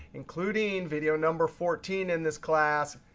including video number fourteen in this class.